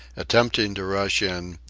attempting to rush in,